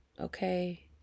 okay